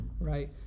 right